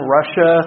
Russia